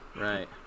Right